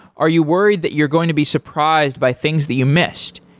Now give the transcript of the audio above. are you worried that you're going to be surprised by things that you missed,